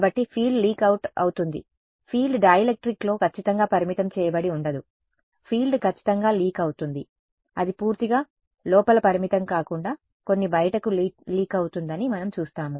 కాబట్టి field leak out అవుతుంది field డైఎలెక్ట్రిక్లో ఖచ్చితంగా పరిమితం చేయబడి ఉండదు ఫీల్డ్ ఖచ్చితంగా లీక్ అవుతుంది అది పూర్తిగా లోపల పరిమితం కాకుండా కొన్ని బయటకు లీక్ అవుతుందని మనం చూస్తాము